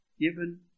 given